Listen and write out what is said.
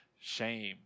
shame